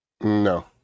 No